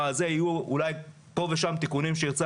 אולי יהיו פה ושם תיקונים שירצה